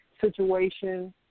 situation